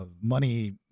money